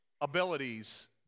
abilities